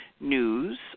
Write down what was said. news